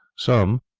some,